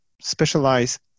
specialize